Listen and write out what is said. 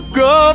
go